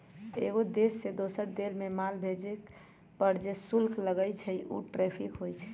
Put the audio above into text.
एगो देश से दोसर देश मे माल भेजे पर जे शुल्क लगई छई उ टैरिफ होई छई